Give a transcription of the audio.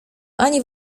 ani